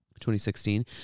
2016